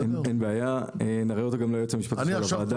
אין בעיה, נראה אותו גם ליועץ המשפטי של הוועדה,